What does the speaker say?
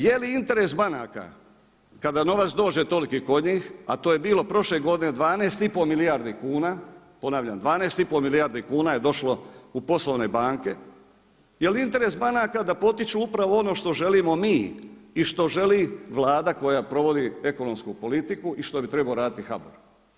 Jeli interes banaka kada novac dođe toliki kod njih, a to je bilo prošle godine 12,5 milijardi kuna, ponavljam 12,5 milijardi kuna je došlo u poslovne banke, jel interes banaka da potiču upravo ono što želimo mi i što želi Vlada koja provodi ekonomsku politiku i što bi trebao raditi HBOR?